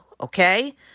Okay